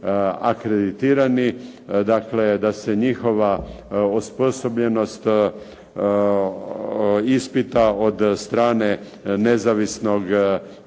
akreditirani, dakle da se njihova osposobljenost ispita od strane nezavisnog tijela,